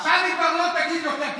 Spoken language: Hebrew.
חבר הכנסת אופיר סופר,